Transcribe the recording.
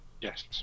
Yes